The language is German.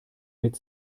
mit